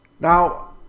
Now